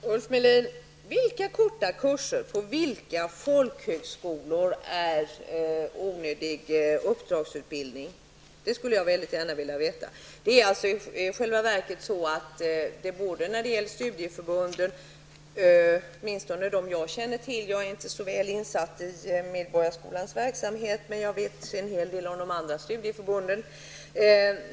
Herr talman! Vilka korta kurser på vilka folkhögskolor är onödig uppdragsutbildning, Ulf Melin? Det skulle jag väldigt gärna vilja veta. Jag är inte så väl insatt i Medborgarskolans verksamhet, men jag känner till en hel del om de andra studieförbunden.